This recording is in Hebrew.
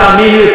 תאמין לי,